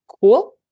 cool